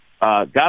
God